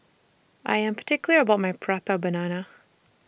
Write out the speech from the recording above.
I Am particular about My Prata Banana